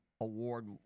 Award